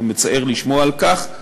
זה מצער לשמוע על כך,